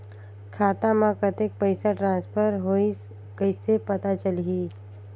खाता म कतेक पइसा ट्रांसफर होईस कइसे पता चलही?